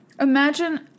Imagine